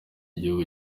gihugu